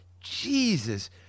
Jesus